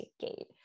gate